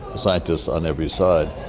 scientists on every side.